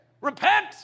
Repent